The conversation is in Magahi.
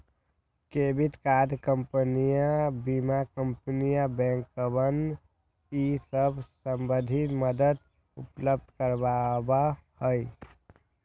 क्रेडिट कार्ड कंपनियन बीमा कंपनियन बैंकवन ई सब संबंधी मदद उपलब्ध करवावा हई